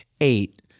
eight